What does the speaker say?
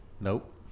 Nope